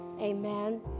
amen